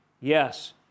Yes